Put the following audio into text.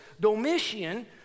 Domitian